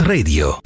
Radio